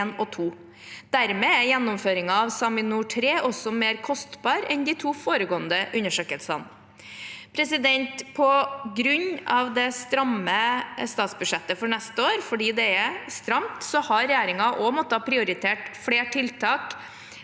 Dermed er gjennomføringen av SAMINOR 3 også mer kostbar enn de to foregående undersøkelsene. På grunn av det stramme statsbudsjettet for neste år – for det er stramt – har regjeringen måttet prioritere blant flere tiltak